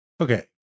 Okay